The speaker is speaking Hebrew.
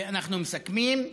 אנחנו מסכמים,